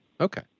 Okay